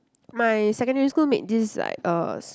my secondary school made this is like uh s~